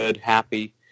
happy